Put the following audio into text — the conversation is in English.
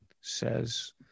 says